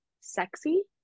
sexy